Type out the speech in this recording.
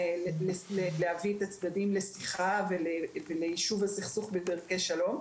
ולהביא את הצדדים לשיחה ויישוב הסכסוך בדרכי שלום.